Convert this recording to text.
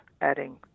adding